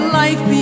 life